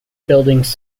buildings